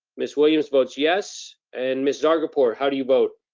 miss williams votes yes, and miss zargarpur, how do you vote?